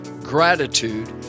gratitude